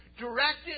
directed